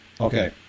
okay